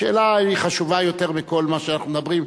השאלה היא חשובה יותר מכל מה שאנחנו מדברים,